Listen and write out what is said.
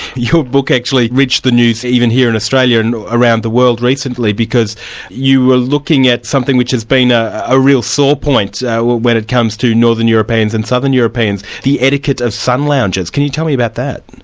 your book actually reached the news, even here in australia, and around the world recently because you were looking at something which has been ah a real sore point so when it comes to northern europeans and southern europeans the etiquette of sun lounges, can you tell me about that?